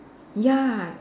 ya